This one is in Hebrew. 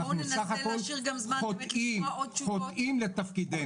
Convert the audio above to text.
אנחנו בסך הכול חוטאים לתפקידנו.